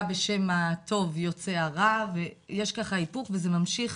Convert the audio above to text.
בשם הטוב יוצא הרע ויש ככה איפוק וזה ממשיך